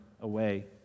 away